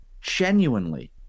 genuinely